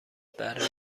برای